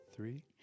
Three